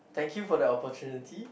thank you for the opportunity